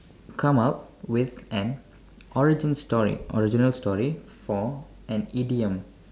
come up with an origin story original story for an idiom